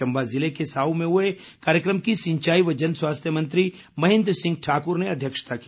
चम्बा ज़िले के साहू में हुए कार्यक्रम की सिंचाई व जन स्वास्थ्य मंत्री महेन्द्र सिंह ठाकुर ने अध्यक्षता की